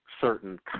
certain